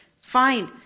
Fine